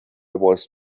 was